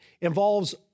involves